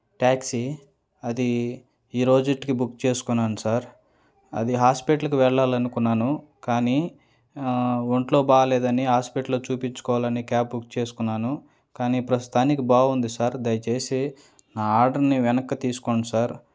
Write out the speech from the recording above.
taxi అది ఈ రోజుటికి బుక్ చేసుకున్నాను సార్ అది హాస్పిటల్కి వెళ్ళాలనుకున్నాను కానీ ఒంట్లో బాగాలేదని హాస్పిటల్లో చూపించుకోవాలని క్యాబ్ బుక్ చేసుకున్నాను కానీ ప్రస్తుతానికి బాగుంది సార్ దయచేసి నా ఆర్డర్ని వెనక్కి తీసుకోండి సార్